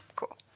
cool.